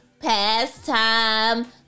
pastime